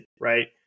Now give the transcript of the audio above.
right